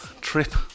trip